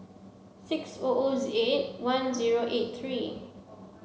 six O O eight one zero eight three